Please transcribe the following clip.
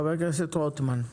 חבר הכנסת רוטמן.